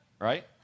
right